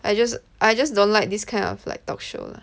I just I just don't like this kind of like talk show lah